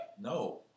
No